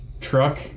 truck